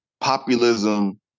populism